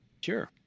sure